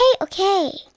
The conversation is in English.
okay